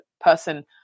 person